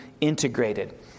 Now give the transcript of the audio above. integrated